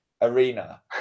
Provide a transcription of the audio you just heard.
arena